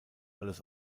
alles